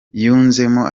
yunzemo